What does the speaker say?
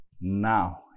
now